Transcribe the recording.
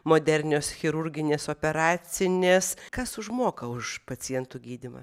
modernios chirurginės operacinės kas užmoka už pacientų gydymą